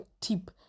tip